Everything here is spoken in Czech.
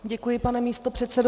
Děkuji, pane místopředsedo.